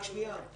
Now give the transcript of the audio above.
רק שנייה,